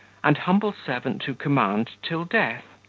and humble servant to command till death,